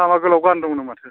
लामा गोलाव गान दंनो माथो